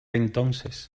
entonces